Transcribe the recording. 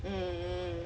mm mm